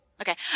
Okay